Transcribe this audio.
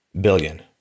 billion